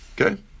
Okay